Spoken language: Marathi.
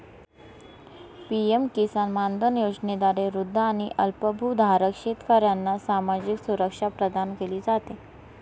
पी.एम किसान मानधन योजनेद्वारे वृद्ध आणि अल्पभूधारक शेतकऱ्यांना सामाजिक सुरक्षा प्रदान केली जाते